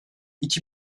iki